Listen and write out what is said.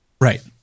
Right